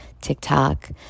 TikTok